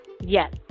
Yes